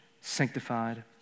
sanctified